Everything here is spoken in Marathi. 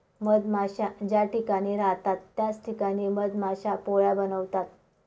मधमाश्या ज्या ठिकाणी राहतात त्याच ठिकाणी मधमाश्या पोळ्या बनवतात